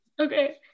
okay